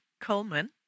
Coleman